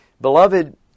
Beloved